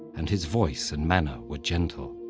and his voice and manner were gentle.